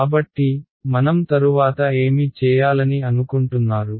కాబట్టి మనం తరువాత ఏమి చేయాలని అనుకుంటున్నారు